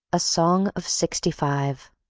a song of sixty-five